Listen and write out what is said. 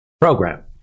program